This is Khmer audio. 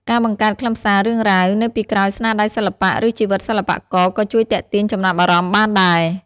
ការបង្កើតខ្លឹមសាររឿងរ៉ាវ នៅពីក្រោយស្នាដៃសិល្បៈ ឬជីវិតសិល្បករក៏ជួយទាក់ទាញចំណាប់អារម្មណ៍បានដែរ។